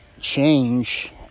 change